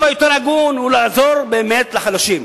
הקו היותר הגון הוא לעזור באמת לחלשים,